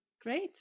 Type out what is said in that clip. Great